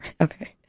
Okay